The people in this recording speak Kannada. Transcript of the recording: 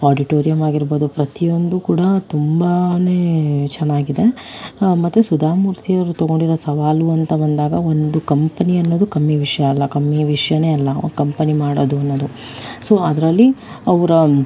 ಆಡಿಟೋರಿಯಂ ಆಗಿರ್ಬೋದು ಪ್ರತಿಯೊಂದು ಕೂಡ ತುಂಬನೇ ಚೆನ್ನಾಗಿದೆ ಮತ್ತೆ ಸುಧಾಮೂರ್ತಿ ಅವರು ತಗೊಂಡಿರೋ ಸವಾಲು ಅಂತ ಬಂದಾಗ ಒಂದು ಕಂಪನಿ ಅನ್ನೋದು ಕಮ್ಮಿ ವಿಷಯ ಅಲ್ಲ ಕಮ್ಮಿಯ ವಿಷಯನೇ ಅಲ್ಲ ಕಂಪನಿ ಮಾಡೋದು ಅನ್ನೋದು ಸೊ ಅದರಲ್ಲಿ ಅವರ